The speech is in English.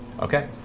okay